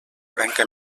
branca